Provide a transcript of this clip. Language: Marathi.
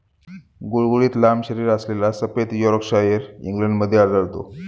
गुळगुळीत लांब शरीरअसलेला सफेद यॉर्कशायर इंग्लंडमध्ये आढळतो